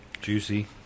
juicy